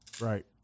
Right